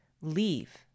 leave